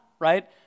right